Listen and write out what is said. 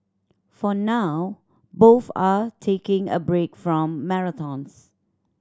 for now both are taking a break from marathons